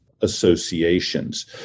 associations